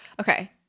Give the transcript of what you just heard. okay